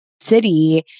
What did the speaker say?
city